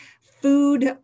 food